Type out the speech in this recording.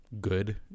good